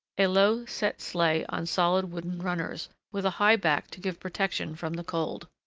a low-set sleigh on solid wooden runners, with a high back to give protection from the cold.